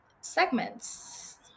segments